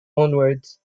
onwards